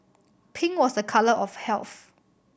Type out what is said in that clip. pink was a colour of health